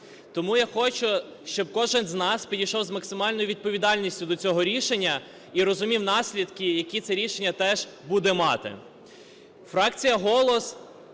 Тому я хочу, щоб кожний з нас підійшов з максимальною відповідальністю до цього рішення і розумів наслідки, які це рішення теж буде мати. Фракція "Голос"